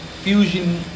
fusion